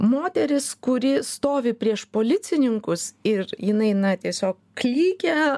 moteris kuri stovi prieš policininkus ir jinai na tiesiog klykia